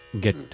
get